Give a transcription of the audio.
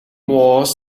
was